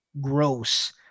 gross